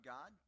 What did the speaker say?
God